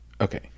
okay